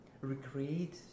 Recreate